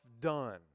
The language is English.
done